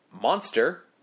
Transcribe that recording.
Monster